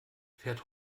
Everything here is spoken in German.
fährt